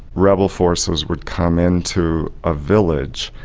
rebel forces would come into a village,